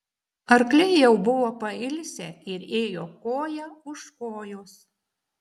arkliai jau buvo pailsę ir ėjo koja už kojos